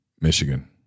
Michigan